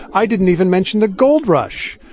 i didn't even mention the gold rush.